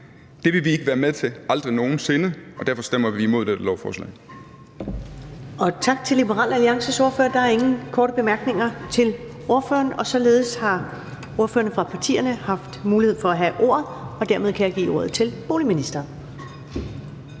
Det vil vi ikke være med til, aldrig nogen sinde, og derfor stemmer vi imod dette lovforslag. Kl. 12:02 Første næstformand (Karen Ellemann): Tak til Liberal Alliances ordfører. Der er ingen korte bemærkninger til ordføreren. Således har alle ordførerne fra partierne haft mulighed for at have ordet, og dermed kan jeg give ordet til boligministeren.